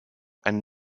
and